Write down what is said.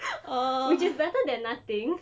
which is better than nothing